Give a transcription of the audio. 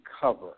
cover